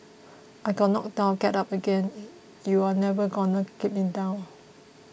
I get knocked down get up again you are never gonna keep me down